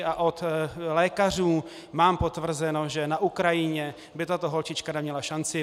A od lékařů mám potvrzeno, že na Ukrajině by tato holčička neměla šanci.